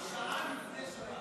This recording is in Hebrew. עד שעה לפני שבת.